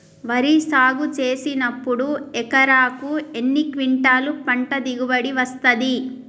వరి సాగు చేసినప్పుడు ఎకరాకు ఎన్ని క్వింటాలు పంట దిగుబడి వస్తది?